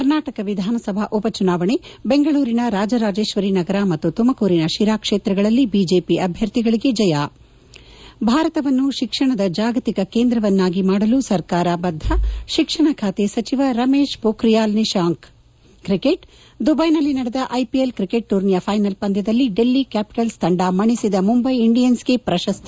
ಕರ್ನಾಟಕ ವಿಧಾನಸಭಾ ಉಪಚುನಾವಣೆ ಬೆಂಗಳೂರಿನ ರಾಜರಾಜೇಶ್ವರಿನಗರ ಮತ್ತು ತುಮಕೂರಿನ ಶಿರಾ ಕ್ಷೇತ್ರಗಳಲ್ಲಿ ಬಿಜೆಪಿ ಅಭ್ಯರ್ಥಿಗಳಿಗೆ ಜಯ ಭಾರತವನ್ನು ಶಿಕ್ಷಣದ ಜಾಗತಿಕ ಕೇಂದ್ರವನ್ನಾಗಿ ಮಾಡಲು ಸರ್ಕಾರ ಬದ್ದ ಶಿಕ್ಷಣ ಖಾತೆ ಸಚಿವ ರಮೇಶ್ ಪೋಖ್ರಿಯಾಲ್ ನಿತಾಂಕ್ ಕ್ರಿಕೆಟ್ ದುಬ್ಲೆನಲ್ಲಿ ನಡೆದ ಐಪಿಎಲ್ ಕ್ರಿಕೆಟ್ ಟೂರ್ನಿಯ ಫೈನಲ್ ಪಂದ್ಲದಲ್ಲಿ ಡೆಲ್ಲಿ ಕ್ನಾಪಿಟಲ್ಲ್ ತಂಡ ಮಣಿಸಿದ ಮುಂಬೈ ಇಂಡಿಯನ್ಗೆ ಪ್ರಶಸ್ತಿ